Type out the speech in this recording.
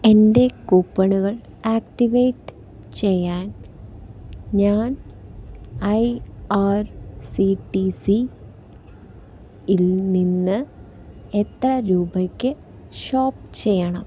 എൻ്റെ കൂപ്പണുകൾ ആക്ടിവേറ്റ് ചെയ്യാൻ ഞാൻ ഐ ആർ സി ടി സിയിൽ നിന്ന് എത്ര രൂപയ്ക്ക് ഷോപ്പ് ചെയ്യണം